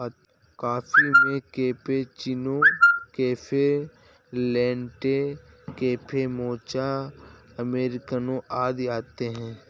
coffee में cappuccino, cafe latte, cafe mocha, अमेरिकनों आदि आते है